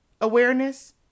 awareness